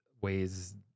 ways